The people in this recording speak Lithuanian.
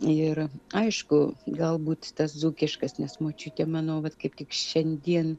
ir aišku galbūt tas dzūkiškas nes močiutė mano vat kaip tik šiandien